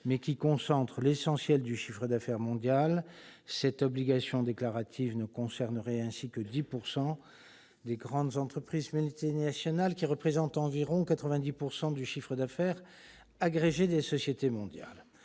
qui concentrent l'essentiel du chiffre d'affaires mondial. Cette obligation déclarative ne concernerait ainsi que 10 % des groupes d'entreprises multinationales, représentant environ 90 % du chiffre d'affaires agrégé des sociétés mondiales.